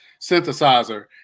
synthesizer